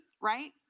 Right